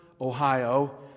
Ohio